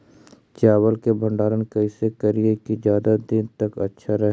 चावल के भंडारण कैसे करिये की ज्यादा दीन तक अच्छा रहै?